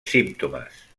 símptomes